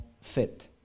fit